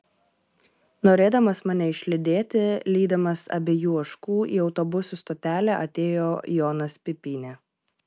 norėdamas mane išlydėti lydimas abiejų ožkų į autobusų stotelę atėjo jonas pipynė